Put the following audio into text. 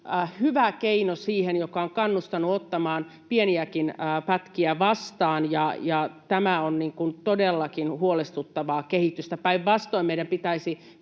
hyvä keino, joka on kannustanut ottamaan pieniäkin pätkiä vastaan. Tämä on todellakin huolestuttavaa kehitystä. Päinvastoin meidän pitäisi